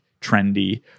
trendy